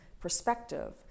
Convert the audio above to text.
perspective